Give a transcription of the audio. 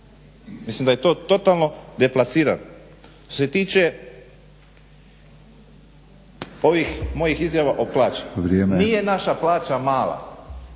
Mislim da je to totalno deplasirano. Što se tiče ovih mojih izjava o plaći. **Batinić, Milorad